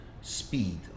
speed